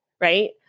right